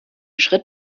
schritt